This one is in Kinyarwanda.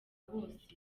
bose